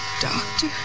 doctor